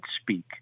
speak